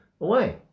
away